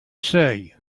see